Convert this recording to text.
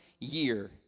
year